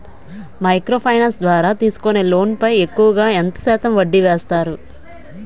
Micro finance ద్వారా తీసుకునే loan పై ఎక్కువుగా ఎంత శాతం వడ్డీ వేస్తారు?